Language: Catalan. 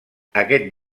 aquest